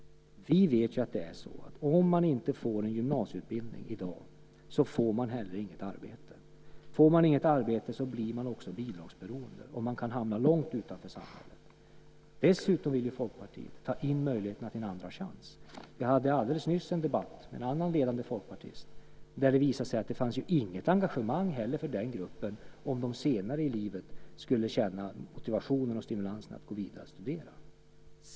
Vi vet att det är så: Om man inte får en gymnasieutbildning i dag får man heller inget arbete. Får man inget arbete blir man bidragsberoende och kan hamna långt utanför samhället. Dessutom vill Folkpartiet dra in möjligheterna till en andra chans. Jag hade alldeles nyss en debatt med en annan ledande folkpartist där det visade sig att det inte heller fanns något engagemang för denna grupp om man senare i livet skulle känna motivationen och stimulansen att gå vidare och studera.